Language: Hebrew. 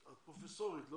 את פרופסורית.